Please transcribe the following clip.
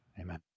Amen